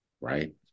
Right